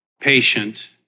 patient